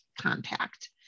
contact